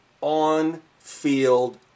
on-field